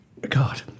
God